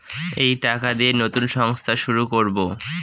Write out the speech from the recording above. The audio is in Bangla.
এই টাকা দিয়ে নতুন সংস্থা শুরু করবো